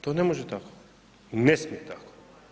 To ne može tako, ne smije tako.